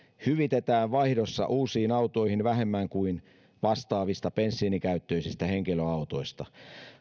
hyvitetään vaihdossa uusiin autoihin vähemmän kuin vastaavista bensiinikäyttöisistä henkilöautoista